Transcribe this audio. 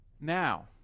Now